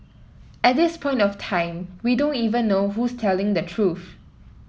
at this point of time we don't even know who's telling the truth